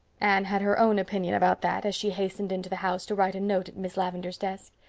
anne had her own opinion about that as she hastened into the house to write a note at miss lavendar's desk.